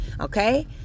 Okay